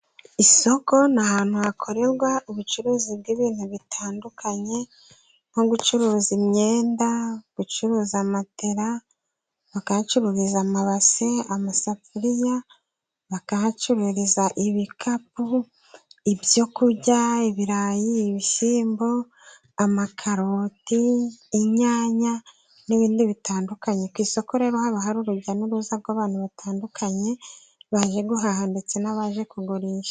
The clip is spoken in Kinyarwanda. Isoko ni ahantu hakorerwa ubucuruzi bw'ibintu bitandukanye. Nko gucuruza imyenda, gucuruza matera, bagacuruza amabase, amasafuriya, bakahacururiza ibikapu, ibyo kurya, ibirayi, ibishyimbo, amakaroti, inyanya, n'ibindi bitandukanye. Ku isoko rero haba hari urujya n'uruza rw'abantu batandukanye baje guhaha ndetse n'abaje kugurisha.